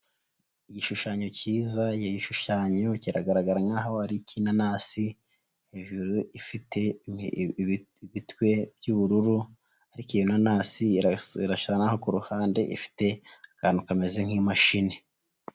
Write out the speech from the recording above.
Igishushanyo kiza, igishushanyo kiragaragara nk'aho ari inanasi, hejuru ifite ibitwe by'ubururu ariko iyi nanasi irasa n'aho kuruhande ifite akantu kameze nk'imashini.